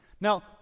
Now